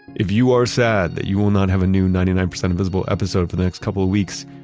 if you are sad that you will not have a new ninety nine percent invisible episode for the next couple of weeks,